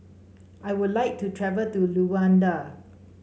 I would like to travel to Luanda